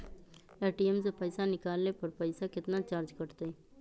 ATM से पईसा निकाले पर पईसा केतना चार्ज कटतई?